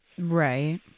Right